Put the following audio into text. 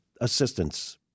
assistance